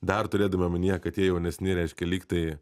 dar turėdami omenyje kad tie jaunesni reiškia lygtai